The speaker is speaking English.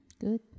good